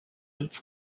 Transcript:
its